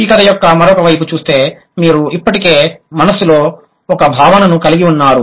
ఈ కథ యొక్క మరొక వైపు చూస్తే మీరు ఇప్పటికే మనస్సులో ఒక భావనను కలిగి ఉన్నారు